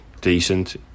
decent